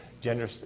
gender